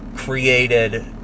created